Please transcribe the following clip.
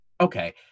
Okay